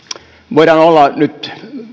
voidaan olla nyt